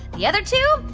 the other two?